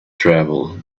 travel